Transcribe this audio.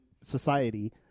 society